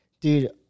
Dude